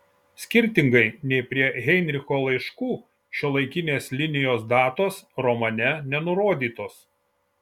skirtingai nei prie heinricho laiškų šiuolaikinės linijos datos romane nenurodytos